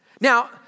Now